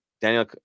Daniel